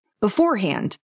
beforehand